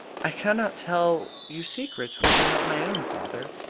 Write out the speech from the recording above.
i cannot tell you secrets which are not my own, father.